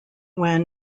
when